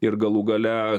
ir galų gale